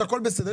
כלומר